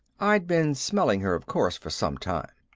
i'd been smelling her, of course, for some time.